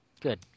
Good